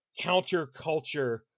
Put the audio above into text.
counterculture